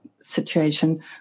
situation